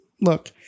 look